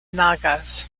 nagas